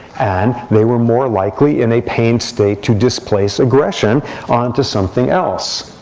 and they were more likely in a pain state to displace aggression on to something else.